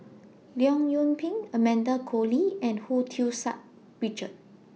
Leong Yoon Pin Amanda Koe Lee and Hu Tsu Sa Richard